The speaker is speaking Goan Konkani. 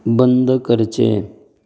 बंद करचें